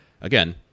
Again